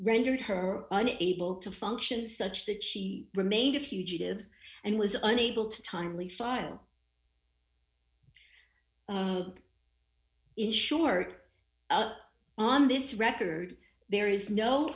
rendered her an able to function such that she remained a fugitive and was unable to timely file in short on this record there is no